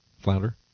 Flounder